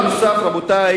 הדבר הנוסף, רבותי,